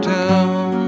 town